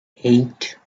eight